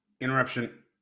Interruption